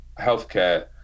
healthcare